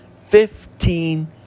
Fifteen